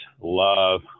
love